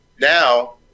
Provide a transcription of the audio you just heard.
now